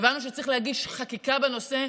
הבנו שצריך להגיש חקיקה בנושא.